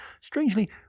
Strangely